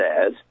says